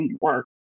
work